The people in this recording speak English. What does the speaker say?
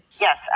Yes